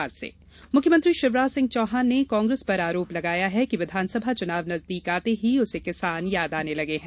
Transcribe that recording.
जन आशीर्वाद यात्रा मुख्यमंत्री शिवराज सिंह चौहान ने कांग्रेस पर आरोप लगाया है कि विधानसभा चुनाव नजदीक आते ही उसे किसान याद आने लगे है